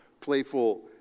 playful